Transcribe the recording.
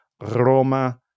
Roma